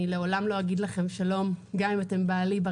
לעולם לא אגיד לכם שלום ברחוב, גם אם אתם בעלי.